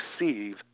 receive